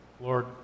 Lord